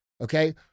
Okay